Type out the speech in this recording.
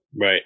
Right